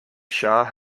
shah